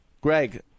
Greg